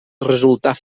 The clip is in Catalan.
resultar